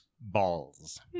balls